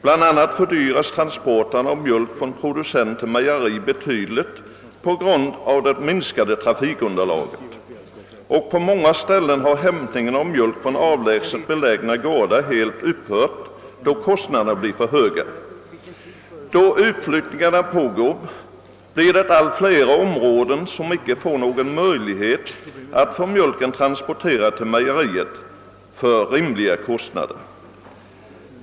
Bland annat fördyras transporterna av mjölk från producent till mejeri betydligt på grund av det minskade trafikunderlaget, och på många ställen har hämtningen av mjölk från avlägset belägna gårdar helt upphört, eftersom kostnaderna blir för höga. Då utflyttningen pågår blir det fler och fler områden som inte får möjlighet att få mjölken transporterad till mejeriet för rimliga kostnader.